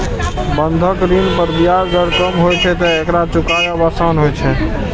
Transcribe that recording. बंधक ऋण पर ब्याज दर कम होइ छैं, तें एकरा चुकायब आसान होइ छै